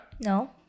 No